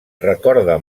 recorda